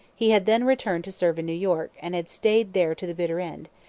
he had then returned to serve in new york, and had stayed there to the bitter end,